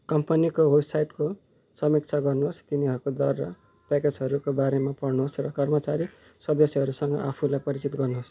कम्पनीको वेबसाइटको समीक्षा गर्नुहोस् तिनीहरूको दर र प्याकेजहरूको बारेमा पढ्नुहोस् र कर्मचारी सदस्यहरूसँग आफूलाई परिचित गर्नुहोस्